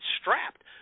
strapped